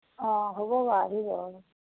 অঁ হ'ব বাৰু আহিব অঁ